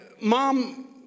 mom